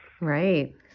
Right